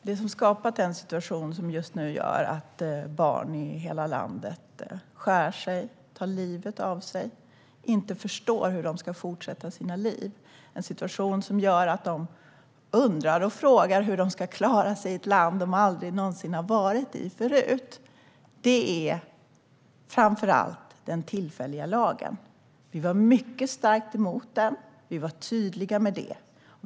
Herr talman! Det som skapat den situation som just nu gör att barn i hela landet skär sig, tar livet av sig och inte förstår hur de ska fortsätta med sitt liv - en situation som gör att de frågar hur de ska klara sig i ett land de aldrig någonsin har varit i - är framför allt den tillfälliga lagen. Vi var mycket starkt emot den, och vi var tydliga med det.